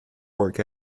work